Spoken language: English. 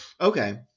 okay